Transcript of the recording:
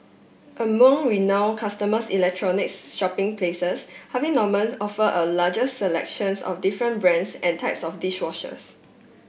among renown consumers electronics shopping places Harvey Normans offer a largest selections of different brands and types of dish washers